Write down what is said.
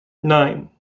nine